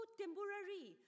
temporary